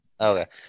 Okay